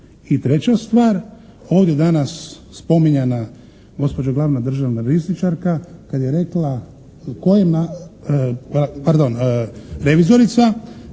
I treća stvar, ovdje danas spominjana gospođa glavna državna rizničarka,